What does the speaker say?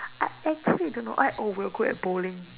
I actually don't I know we were good at bowling